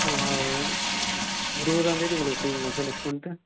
இருவதாம் தேதி உங்களுக்கு ஃப்ரீங்களாக சார் நெக்ஸ்ட் மந்த்து